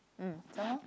mm some more